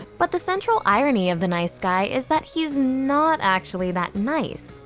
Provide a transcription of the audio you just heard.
but the central irony of the nice guy is that he's not actually that nice.